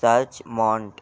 search monte